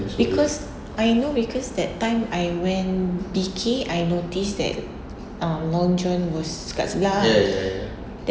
because I know because that time I went B_K I notice that um long john was dekat sebelah kan